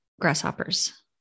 grasshoppers